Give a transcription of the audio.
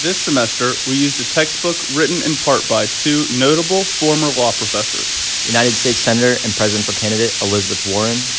this semester, we used a textbook written in part by two notable former law professors united states senator and presidential candidate elizabeth warren.